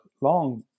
long